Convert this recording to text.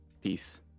Peace